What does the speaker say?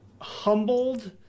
humbled